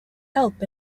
help